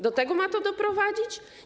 Do tego ma to doprowadzić?